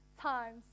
times